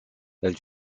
elle